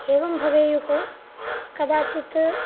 एवं भवेयुः कदाचित्